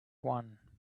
one